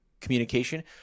communication